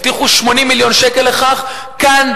הבטיחו 80 מיליון שקל לכך כאן,